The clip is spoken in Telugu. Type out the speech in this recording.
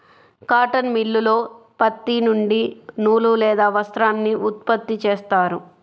కాటన్ మిల్లులో పత్తి నుండి నూలు లేదా వస్త్రాన్ని ఉత్పత్తి చేస్తారు